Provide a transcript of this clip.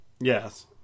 Yes